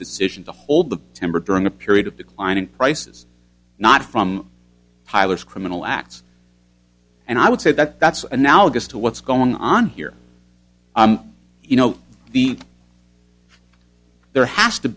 decision to hold the timber during a period of decline in prices not from pilar's criminal acts and i would say that that's analogous to what's going on here you know the there has to